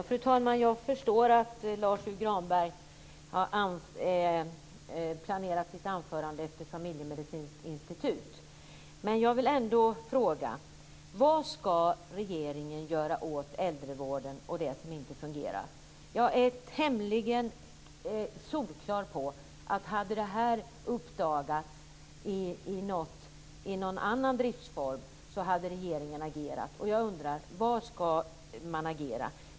Fru talman! Jag förstår att Lars U Granberg har planerat att hålla ett anförande om bildandet av ett familjemedicinskt institut. Men jag vill ändå fråga: Vad ska regeringen göra åt äldrevården och det som inte fungerar? Jag är solklar över att om detta hade uppdagats i någon vård med en annan driftsform hade regeringen agerat. Jag undrar: Hur ska man agera?